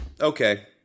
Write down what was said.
Okay